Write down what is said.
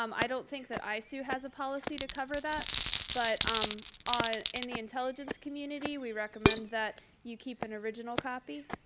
um i don't think that isoo has a policy to cover that but um in the intelligence community we recommend that you keep an original copy.